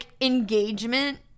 engagement